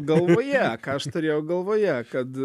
galvoje ką aš turėjau galvoje kad